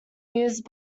used